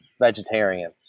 vegetarian